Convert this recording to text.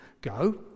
go